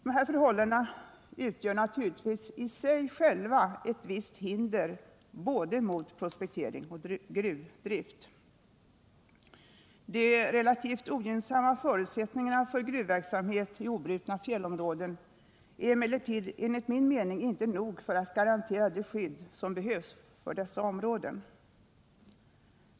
Dessa förhållanden utgör naturligtvis i sig själva ett visst hinder för både prospektering och gruvdrift. De relativt ogynnsamma förutsättningarna för gruvverksamhet i obrutna fjällområden är emellertid enligt min mening inte nog för att garantera det skydd som behövs för dessa områden.